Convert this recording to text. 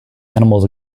animals